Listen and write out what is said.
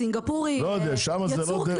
סינגפור היא מאוד ייחודית.